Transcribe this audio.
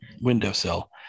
windowsill